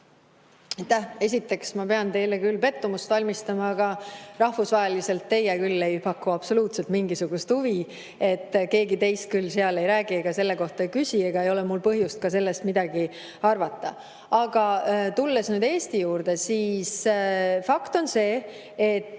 Esiteks, ma pean teile pettumuse valmistama, aga rahvusvaheliselt teie küll ei paku absoluutselt mingisugust huvi. Keegi teist seal ei räägi ja selle kohta ei küsi, nii et ei ole mul ka põhjust sellest midagi arvata. Aga tulles Eesti juurde, siis fakt on see, et